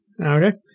Okay